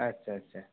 আচ্ছা আচ্ছা